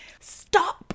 stop